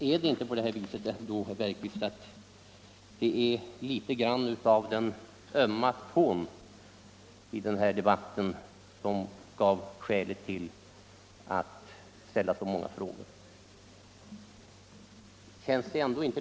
Är det inte, herr Bergqvist, den ömma tån i den här debatten som är skälet till dessa många frågor?